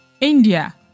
India